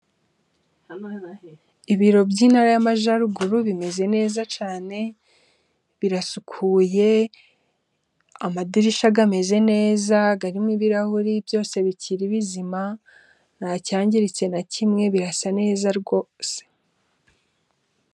Ibiro by'intara y'amajyaruguru bimeze neza cyane birasukuye amadirishya amezeze neza arimo ibirahuri byose bikiri bizima ntacyangiritse na kimwe birasa neza rwose.